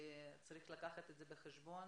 צריך לקחת את זה בחשבון,